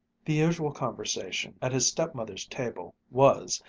the usual conversation at his stepmother's table was,